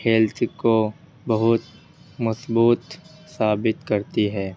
health کو بہت مضبوط ثابت کرتی ہے